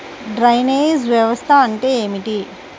Drainage వ్యవస్థ అంటే ఏమిటి?